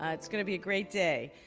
ah it's going to be a great day.